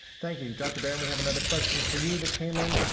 thank you. dr. barron, we have another question for you that came in.